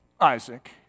Isaac